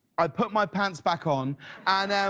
i put my pants back on and